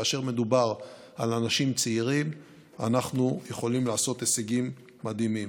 כאשר מדובר על אנשים צעירים אנחנו יכולים לעשות הישגים מדהימים.